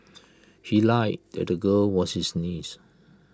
he lied that the girl was his niece